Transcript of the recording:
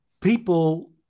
people